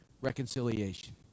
reconciliation